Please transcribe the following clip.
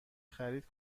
خرید